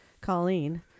colleen